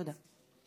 תודה.